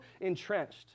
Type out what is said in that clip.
entrenched